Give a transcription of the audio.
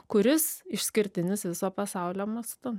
kuris išskirtinis viso pasaulio mastu